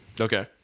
Okay